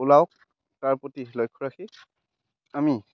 ওলাওক তাৰ প্ৰতি লক্ষ্য ৰাখি আমি